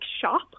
shop